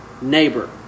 neighbor